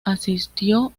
asistió